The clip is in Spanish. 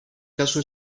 caso